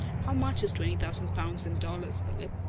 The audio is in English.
how much is twenty thousand pounds in dollars, philip?